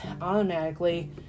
automatically